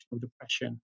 depression